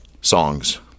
Songs